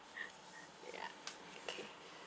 yeah okay